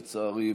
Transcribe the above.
לצערי,